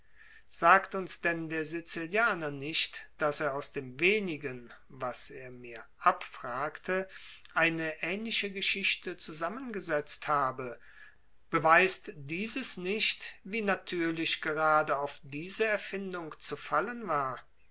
sagte uns denn der sizilianer nicht daß er aus dem wenigen was er mir abfragte eine ähnliche geschichte zusammengesetzt habe beweist dieses nicht wie natürlich gerade auf diese erfindung zu fallen war